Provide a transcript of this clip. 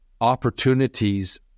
opportunities